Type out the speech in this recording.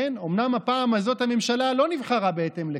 אומנם הפעם הזאת הממשלה לא נבחרה בהתאם לכך,